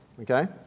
okay